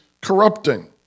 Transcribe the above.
corrupting